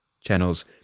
channels